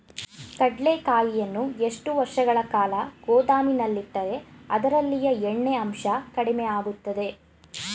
ಕಡ್ಲೆಕಾಯಿಯನ್ನು ಎಷ್ಟು ವರ್ಷಗಳ ಕಾಲ ಗೋದಾಮಿನಲ್ಲಿಟ್ಟರೆ ಅದರಲ್ಲಿಯ ಎಣ್ಣೆ ಅಂಶ ಕಡಿಮೆ ಆಗುತ್ತದೆ?